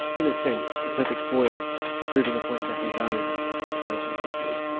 in a sense, a perfect foil for proving a point about his own personal history,